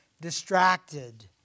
distracted